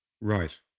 Right